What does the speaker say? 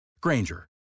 Granger